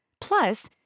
Plus